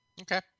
okay